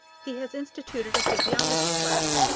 he has instituted a physiology class,